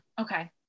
Okay